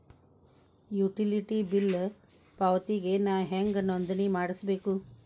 Utility bill ಪಾವತಿಗೆ ನಾ ಹೆಂಗ್ ನೋಂದಣಿ ಮಾಡ್ಸಬೇಕು?